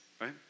right